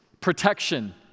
protection